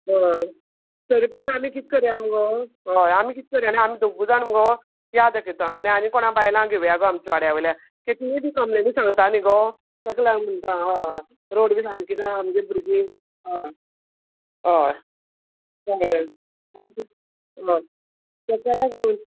हय तरी पूण आमी कितें करया मुगो हय आमी कितें करया आनी आमी दोगूय जाण मुगो या दाखयता आनी आनी कोणा बांयलां घेवया गो आमचीं वाड्या वयल्या की तींय बी कंप्लेनी सांगता न्ही गो ताका लागू म्हणटा हय रोड बीन फाल कितें आ आमगेत भुरगीं हय हय कळें आनी तीं हय ताका लागून